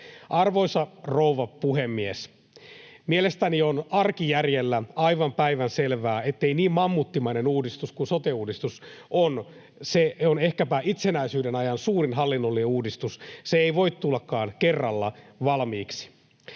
Arvoisa rouva puhemies! Mielestäni on arkijärjellä aivan päivänselvää, ettei niin mammuttimainen uudistus kuin sote-uudistus — se on ehkäpä itsenäisyyden ajan suurin hallinnollinen uudistus — voi tullakaan kerralla valmiiksi.